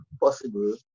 possible